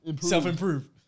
self-improve